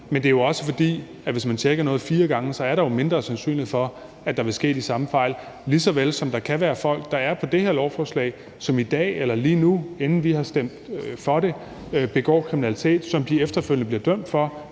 sagsbehandlingsfejl. Hvis man tjekker noget fire gange, er der jo mindre sandsynlighed for, at der vil ske de samme fejl. Der kan også være folk, der er på det her lovforslag, som i dag eller lige nu, inden vi har stemt for det, begår kriminalitet, som de efterfølgende bliver dømt for